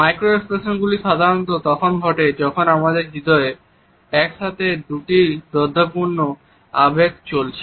micro এক্সপ্রেশনগুলি সাধারণত তখন ঘটে যখন আমাদের হৃদয়ে এক সাথে দুটি দ্বন্দ্বপূর্ণ আবেগ চলছে